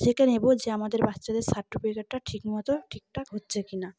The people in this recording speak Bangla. সেখানে এব যে আমাদের বাচ্চাদের সার্টিফিকেটটা ঠিকমতো ঠিক ঠাক হচ্ছে কি না